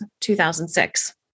2006